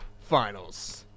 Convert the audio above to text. finals